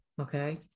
Okay